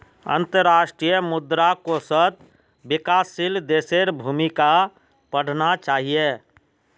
अंतर्राष्ट्रीय मुद्रा कोषत विकासशील देशेर भूमिका पढ़ना चाहिए